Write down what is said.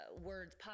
words